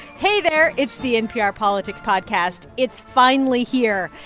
hey there. it's the npr politics podcast. it's finally here.